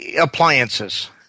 appliances